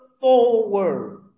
forward